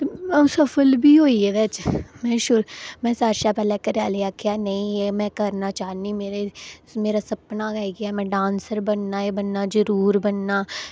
अं'ऊ सफल बी होई एह्दे च में सारे शा घरै आह्लें गी आकखेआ नेईं एह् में करना चाह्न्नीं एह् मेरा सपना गै इ'यै बड्डा डांसर बनना गै बनना जरूर बनना